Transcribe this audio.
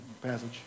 passage